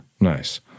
Nice